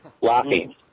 laughing